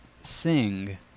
Sing